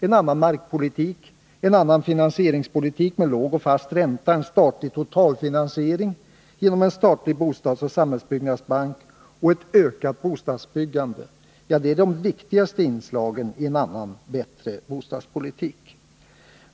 En annan markpolitik, en annan finansieringspolitik med en låg och fast ränta, en statlig totalfinansiering genom en statlig bostadsoch samhällsbyggnadsbank och ett ökat bostadsbyggande är de viktigaste inslagen i en annan och bättre bostadspolitik.